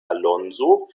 alonso